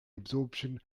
absorption